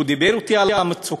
והוא דיבר אתי על המצוקה.